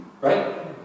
Right